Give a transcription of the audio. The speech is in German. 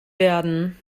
werden